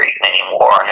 anymore